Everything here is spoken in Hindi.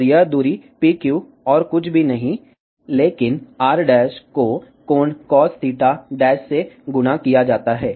और यह दूरी PQ और कुछ भी नहीं है लेकिन r डैश को कोण cos थीटा डैश से गुणा किया जाता है